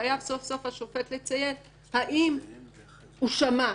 חייב סוף סוף השופט לציין האם הוא שמע.